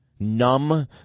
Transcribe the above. Numb